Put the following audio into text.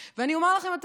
ואני אומר לכם יותר מזה,